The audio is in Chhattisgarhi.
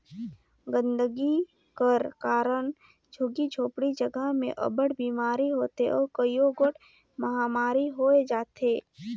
गंदगी कर कारन झुग्गी झोपड़ी जगहा में अब्बड़ बिमारी होथे अउ कइयो गोट महमारी होए जाथे